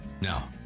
Now